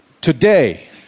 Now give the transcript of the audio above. Today